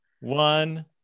one